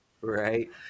right